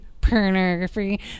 pornography